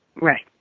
Right